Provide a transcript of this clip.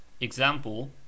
Example